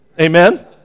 Amen